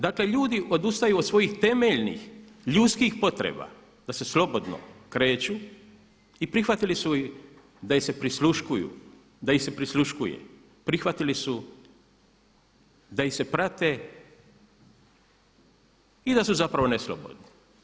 Dakle ljudi odustaju od svojih temeljnih ljudskih potreba da se slobodno kreću i prihvatili su ih da ih se prisluškuje, da ih se prisluškuje, prihvatili su da ih se prati, i da su zapravo neslobodni.